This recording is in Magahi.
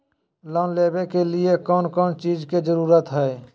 लोन लेबे के लिए कौन कौन चीज के जरूरत है?